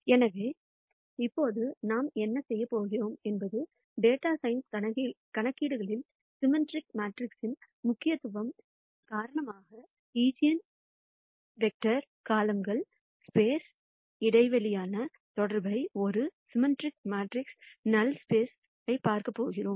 எனவே இப்போது நாம் என்ன செய்யப் போகிறோம் என்பது டேட்டா சயின்ஸ் கணக்கீடுகளில் சிம்மெட்ரிக் மேட்ரிக்ஸ்க்ஸின் முக்கியத்துவம் காரணமாக ஈஜென்வெக்டர்களுக்கும் காலம்கள் ஸ்பேஸ் இடையிலான தொடர்பை ஒரு சிம்மெட்ரிக் மேட்ரிக்ஸிற்கான நல் ஸ்பேஸ் பார்க்கப் போகிறோம்